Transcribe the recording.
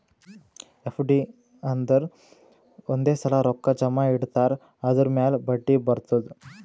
FD ಅಂದುರ್ ಒಂದೇ ಸಲಾ ರೊಕ್ಕಾ ಜಮಾ ಇಡ್ತಾರ್ ಅದುರ್ ಮ್ಯಾಲ ಬಡ್ಡಿ ಬರ್ತುದ್